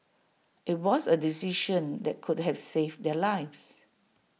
IT was A decision that could have saved their lives